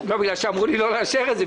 בגלל שאמרו לי לא לאשר את זה,